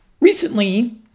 recently